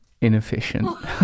inefficient